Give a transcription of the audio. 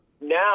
Now